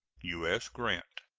u s. grant.